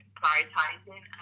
prioritizing